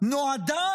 נועדה